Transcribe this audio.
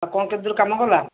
ଆଉ କ'ଣ କେତେ ଦୂର କାମ ଗଲା